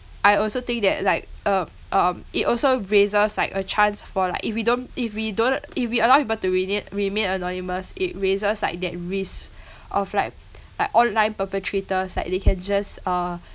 I also think that like uh um it also raises like a chance for like if we don't if we don't if we allow people to renat~ remain anonymous it raises like that risk of like like online perpetrators like they can just uh